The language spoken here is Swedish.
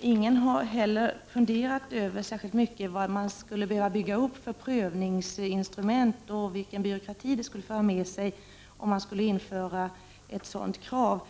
Ingen har heller funderat särskilt mycket över vad man skulle behöva bygga ut för prövningsinstrument och vilken byråkrati det skulle föra med sig om man skulle införa ett sådant krav.